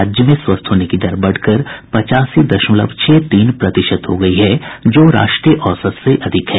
राज्य में स्वस्थ होने की दर बढ़कर पचासी दशमलव छह तीन प्रतिशत हो गयी है जो राष्ट्रीय औसत से अधिक है